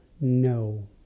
No